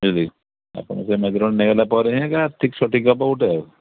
ଯଦି ଆପଣ ସେ ମେଜରମେଣ୍ଟ ନେଇଗଲା ପରେ ହିଁ ଏକା ଠିକ୍ ସଠିକ୍ ହବ ଗୋଟେ ଆଉ